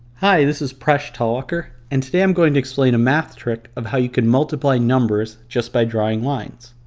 hi this is presh talwalkar and today i am going to explain a math trick of how you can multiply numbers just by drawing lines.